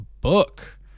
book